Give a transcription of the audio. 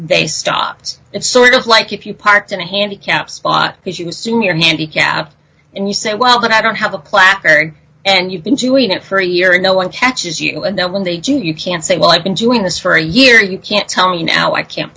they stopped it sort of like if you parked in a handicap spot because you assume you're handicapped and you say well that i don't have a placard and you've been doing it for a year and no one catches you know when they do you can say well i've been doing this for a year you can't tell me now i can't